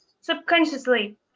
subconsciously